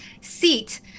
seat